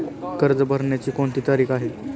कर्ज भरण्याची कोणती तारीख आहे?